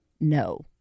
No